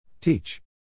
Teach